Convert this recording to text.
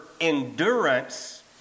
endurance